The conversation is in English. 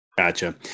Gotcha